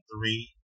three